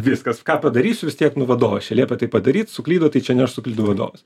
viskas ką padarysiu vis tiek nu vadovas čia liepė taip padaryt suklydau tai čia ne aš suklydau vadovas